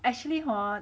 actually hor